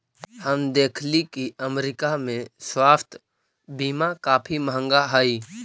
हम देखली की अमरीका में स्वास्थ्य बीमा काफी महंगा हई